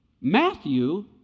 Matthew